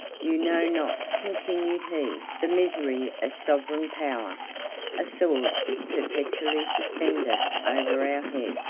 you know not, continued he, the misery of sovereign power a sword is perpetually suspended over our head.